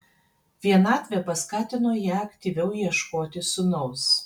vienatvė paskatino ją aktyviau ieškoti sūnaus